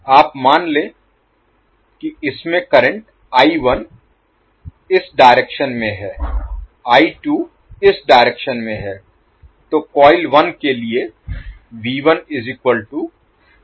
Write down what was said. आप मान लें कि इस में करंट इस डायरेक्शन में है इस डायरेक्शन में है